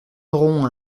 aurons